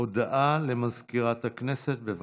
הודעה למזכירת הכנסת, בבקשה.